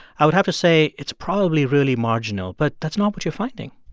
i would have to say it's probably really marginal. but that's not what you're finding